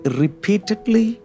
repeatedly